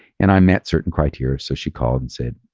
and i met certain criteria, so she called and said,